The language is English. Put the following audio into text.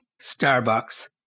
Starbucks